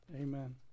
amen